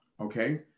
okay